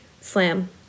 slam